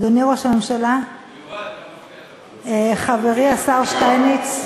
אדוני ראש הממשלה, חברי השר שטייניץ.